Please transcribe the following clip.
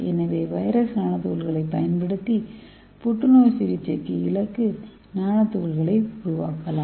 எனவே virus nano துகள்களைப் பயன்படுத்தி புற்றுநோய் சிகிச்சைக்கு இலக்கு நானோ துகள்களை உருவாக்கலாம்